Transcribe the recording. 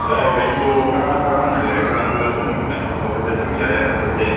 ꯌꯥꯏ ꯔꯦꯟꯗꯨ ꯀꯔꯝꯍꯥꯏ ꯀꯔꯝ ꯍꯥꯏꯅ ꯂꯩꯕ꯭ꯔꯥ ꯑꯗꯨ ꯑꯗꯨꯝ ꯀꯩꯅꯣ ꯇꯧꯔꯗꯤ ꯑꯗꯨꯝ ꯌꯥꯏꯌꯦ ꯑꯩꯈꯣꯏꯗꯤ